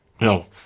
No